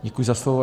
Děkuji za slovo.